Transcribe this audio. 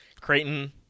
Creighton